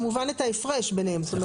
כמובן את ההפרשה ביניהם.